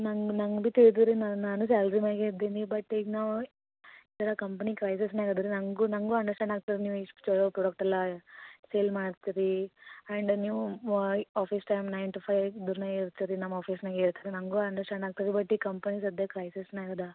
ನಂಗೆ ನಂಗೆ ತಿಳಿದಿರೆ ನಾನು ನಾನೇ ಸ್ಯಾಲ್ರಿ ಮೇಗೇ ಇದ್ದೀನಿ ಬಟ್ ಈಗ ನಾವು ಇವಾಗ ಕಂಪ್ನಿ ಕ್ರೈಸಸ್ನಾಗೆ ಅದೆರಿ ನನ್ಗೂ ನನ್ಗೂ ಅಂಡರ್ಸ್ಟಾಂಡ್ ಆಗ್ತದೆ ನೀವು ಎಷ್ಟು ಛಲೋ ಪ್ರಾಡಕ್ಟ್ ಎಲ್ಲ ಸೇಲ್ ಮಾಡ್ತೀರಿ ಆ್ಯಂಡ್ ನೀವು office time nine to five ಬಿರ್ನಾಗೆ ಇರ್ತೀರಿ ನಮ್ಮ ಆಫೀಸಿನಾಗೆ ಇರ್ತೀರಿ ನನ್ಗೂ ಅಂಡರ್ಸ್ಟಾಂಡ್ ಆಗ್ತದೆ ಬಟ್ ಈ ಕಂಪೆನಿ ಸದ್ಯಕ್ಕೆ ಕ್ರೈಸಿಸ್ಸಿನಾಗೆ ಅದೆ